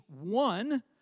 one